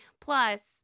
Plus